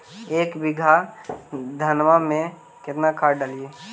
एक बीघा धन्मा में केतना खाद डालिए?